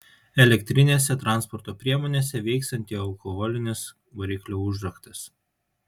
elektrinėse transporto priemonėse veiks antialkoholinis variklio užraktas